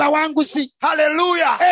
Hallelujah